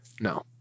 No